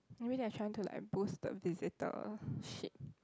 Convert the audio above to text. maybe they're to trying to like boost the visitorship